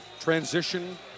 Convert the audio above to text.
transition